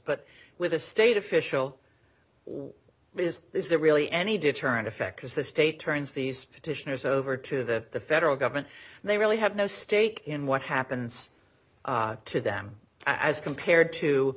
but with a state official what it is is there really any deterrent effect because the state turns these petitioners over to the federal government and they really have no stake in what happens to them as compared to